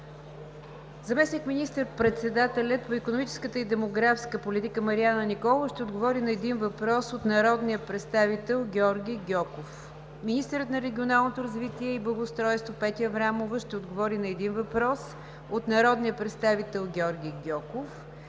Заместник министър-председателят по икономическата и демографската политика Марияна Николова ще отговори на един въпрос от народния представител Георги Гьоков. 2. Министърът на регионалното развитие и благоустройството Петя Аврамова ще отговори на един въпрос от народния представител Георги Гьоков.